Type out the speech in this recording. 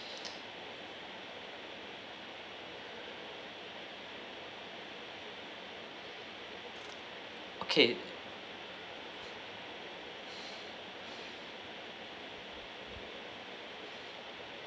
okay